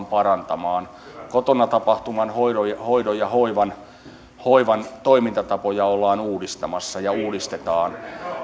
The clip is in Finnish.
parantamaan kotona tapahtuvan hoidon ja hoivan hoivan toimintatapoja ollaan uudistamassa ja uudistetaan